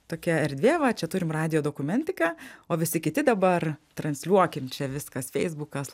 tokia erdvė va čia turim radijo dokumentiką o visi kiti dabar transliuokim čia viskas feisbukas